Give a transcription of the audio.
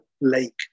lake